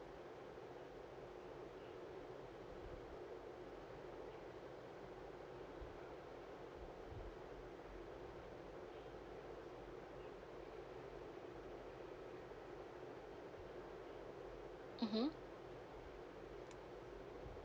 mmhmm